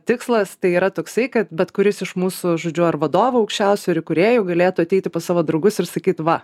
tikslas tai yra toksai kad bet kuris iš mūsų žodžiu ar vadovų aukščiausių ir įkūrėjų galėtų ateiti pas savo draugus ir sakyt va